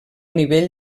nivell